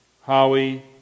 Howie